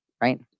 right